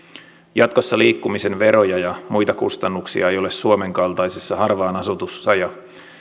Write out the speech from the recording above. jatkossa liikkumisen veroja ja muita kustannuksia ei ole suomen kaltaisessa harvaan asutussa ja